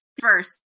first